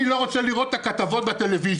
אני לא רוצה לראות את הכתבות בטלוויזיה,